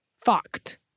fucked